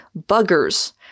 buggers